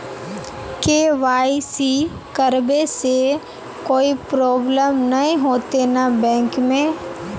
KYC करबे से कोई प्रॉब्लम नय होते न बैंक में?